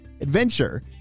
adventure